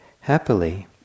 Happily